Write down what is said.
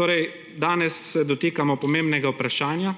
Torej, danes se dotikamo pomembnega vprašanja